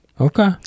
okay